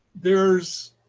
there's